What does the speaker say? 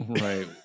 Right